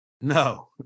No